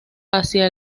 hacia